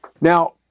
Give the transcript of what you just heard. now